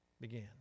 began